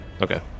Okay